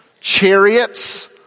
chariots